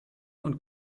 und